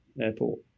Airport